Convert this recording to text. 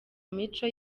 mico